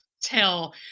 tell